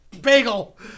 bagel